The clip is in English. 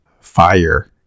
fire